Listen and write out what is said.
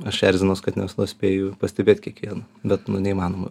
aš erzinos kad ne visados spėju pastebėt kiekvieną bet neįmanoma